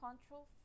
control